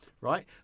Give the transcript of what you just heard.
right